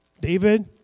David